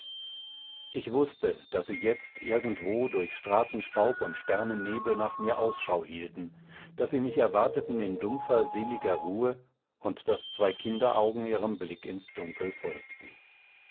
ich wußte daß sie jetzt irgendwo durch straßenstaub und sternennebel nach mir ausschau hielten daß sie mich erwarteten in dumpfer seliger ruhe und daß zwei kinderaugen ihrem blick ins dunkel folgten